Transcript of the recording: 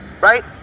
right